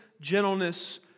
gentleness